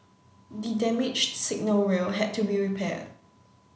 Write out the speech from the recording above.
the damaged signal rail had to be repaired